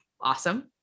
awesome